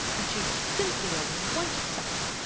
and she simply a whited sepulchre.